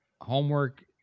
homework